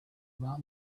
about